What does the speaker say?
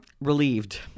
relieved